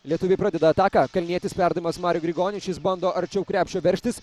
lietuviai pradeda ataką kalnietis perdavimas mariui grigoniui šis bando arčiau krepšio veržtis